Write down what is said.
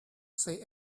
say